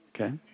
okay